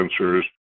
sensors